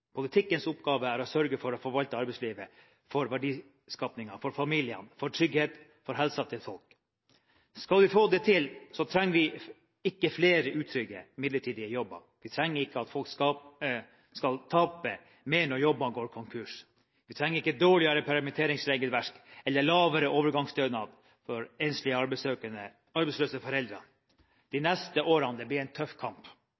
Politikkens oppgave er å sørge for å forvalte arbeidslivet – for verdiskapingen, for familiene, for trygghet og for folks helse. Skal vi få det til, trenger vi ikke flere utrygge, midlertidige jobber. Vi trenger ikke at folk skal tape mer når bedriftene går konkurs. Vi trenger ikke dårligere permitteringsregelverk eller lavere overgangsstønad for enslige arbeidssøkende, arbeidsløse foreldre. De